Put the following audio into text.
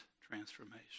transformation